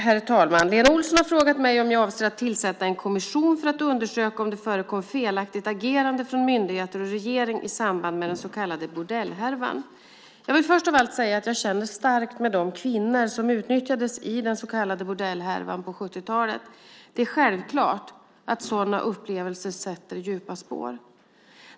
Herr talman! Lena Olsson har frågat mig om jag avser att tillsätta en kommission för att undersöka om det förekom felaktigt agerande från myndigheter och regering i samband med den så kallade bordellhärvan. Jag vill först av allt säga att jag känner starkt med de kvinnor som utnyttjades i den så kallade bordellhärvan på 70-talet. Det är självklart att sådana upplevelser sätter djupa spår.